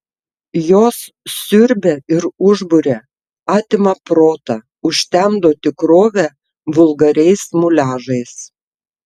jos siurbia ir užburia atima protą užtemdo tikrovę vulgariais muliažais